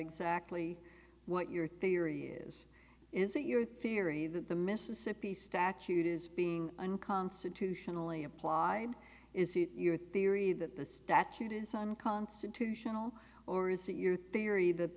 exactly what your theory is is it your theory that the mississippi statute is being unconstitutionally applied is it your theory that the statute is unconstitutional or is it your theory that